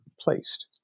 placed